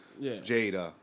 Jada